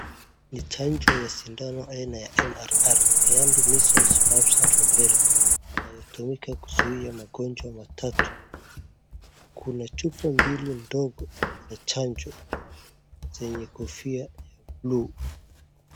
Ni chanjo ya sindano ya MRR yaani Measles Rubella inayotumika kuzuia magonjwa matatu. Kuna chupa mbili ndogo za chanjo zenye kofia ya bluu.